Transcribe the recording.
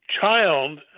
child